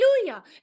Hallelujah